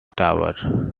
tour